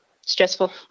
stressful